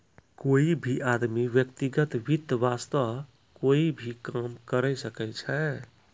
कोई भी आदमी व्यक्तिगत वित्त वास्तअ कोई भी काम करअ सकय छै